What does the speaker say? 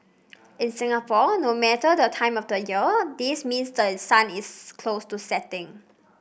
in Singapore no matter the time of the year this means the sun is close to setting